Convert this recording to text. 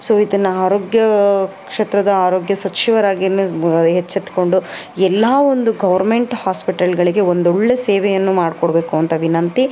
so ಇದನ್ನು ಆರೋಗ್ಯಾ ಕ್ಷೇತ್ರದ ಆರೋಗ್ಯ ಸಚಿವರಾಗಿ ನಿರ್ಬ ಎಚ್ಚೆತ್ಕೊಂಡು ಎಲ್ಲ ಒಂದು ಗೌರ್ಮೆಂಟ್ ಹಾಸ್ಪಿಟಲ್ಲುಗಳಿಗೆ ಒಂದೊಳ್ಳೆಯ ಸೇವೆಯನ್ನು ಮಾಡ್ಕೊಡಬೇಕು ಅಂತ ವಿನಂತಿ